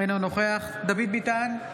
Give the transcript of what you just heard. אינו נוכח דוד ביטן,